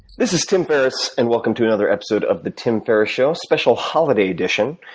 this is tim ferris, and welcome to another episode of the tim ferris show, special holiday edition.